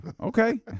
Okay